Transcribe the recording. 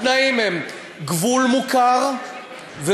התנאים הם: גבול מוכר ומוגדר,